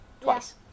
Twice